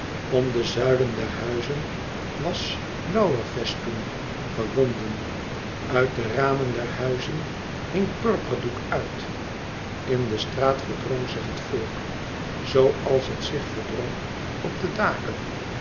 om de zuilen der huizen was lauwerfestoen gewonden uit de ramen der huizen hing purperdoek uit in de straat verdrong zich het volk zoo als het zich verdrong op de daken